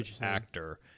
actor